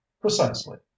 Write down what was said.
precisely